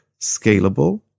scalable